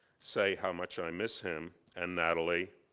say how much i miss him and natalie,